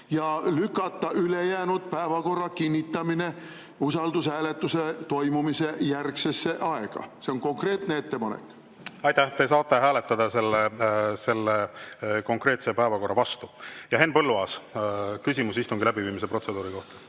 ja lükata ülejäänud päevakorra kinnitamine usaldushääletuse toimumise järgsesse aega. See on konkreetne ettepanek. Aitäh! Te saate hääletada selle konkreetse päevakorra vastu. Henn Põlluaas, küsimus istungi läbiviimise protseduuri kohta!